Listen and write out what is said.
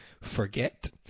forget